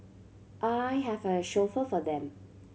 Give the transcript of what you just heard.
I have a chauffeur for them